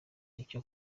icyo